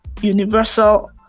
universal